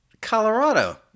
Colorado